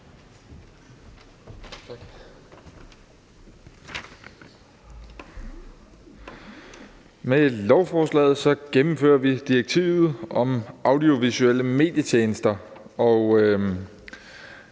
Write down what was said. Med lovforslaget gennemfører vi direktivet om audiovisuelle medietjenester, og